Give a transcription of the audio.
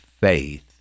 faith